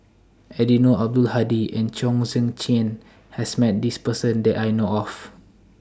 Eddino Abdul Hadi and Chong Tze Chien has Met This Person that I know of